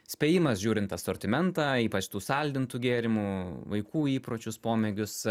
spėjimas žiūrint asortimentą ypač tų saldintų gėrimų vaikų įpročius pomėgius